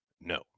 No